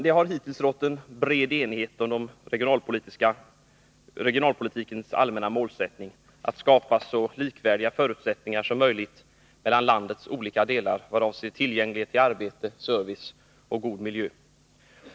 Det har hittills rått en bred enighet om regionalpolitikens allmänna målsättning: att skapa så likvärda förutsättningar som möjligt mellan landets olika delar i vad avser tillgång till arbete, service och en god miljö.